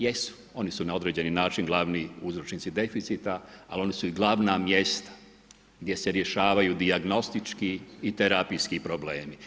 Jesu, oni su na određeni način glavni uzročnici deficita, ali oni su i glavna mjesta gdje se rješavaju dijagnostički i terapijski problemi.